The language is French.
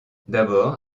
d’abord